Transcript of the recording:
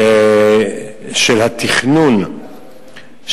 של התכנון,